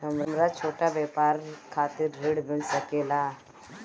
हमरा छोटा व्यापार खातिर ऋण मिल सके ला?